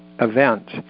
event